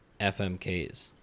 FMKs